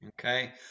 Okay